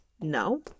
No